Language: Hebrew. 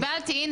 קיבלתי.